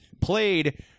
played